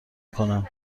کنم